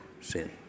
sin